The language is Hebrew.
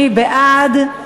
מי בעד?